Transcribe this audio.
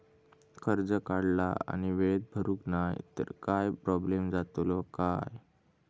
कर्ज काढला आणि वेळेत भरुक नाय तर काय प्रोब्लेम जातलो काय?